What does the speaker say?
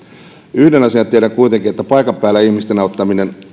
yhden asian tiedän kuitenkin paikan päällä ihmisten auttaminen